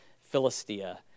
Philistia